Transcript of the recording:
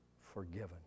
forgiven